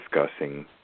discussing